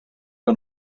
que